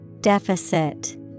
Deficit